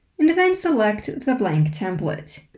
and then select the blank template.